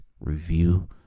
review